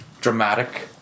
dramatic